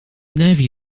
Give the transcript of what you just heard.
navy